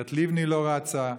גברת לבני לא רצה,